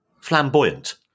flamboyant